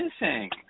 missing